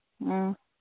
ꯎꯝ